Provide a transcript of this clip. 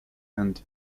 and